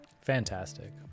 Fantastic